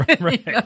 right